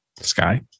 Sky